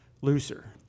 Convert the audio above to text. looser